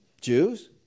Jews